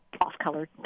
off-color